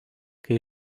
kai